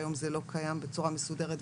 היום זה לא קיים בצורה מסודרת,